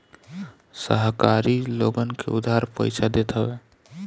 सहकारी लोगन के उधार पईसा देत हवे